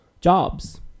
jobs